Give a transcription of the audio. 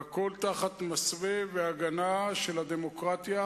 והכול תחת מסווה והגנה של הדמוקרטיה.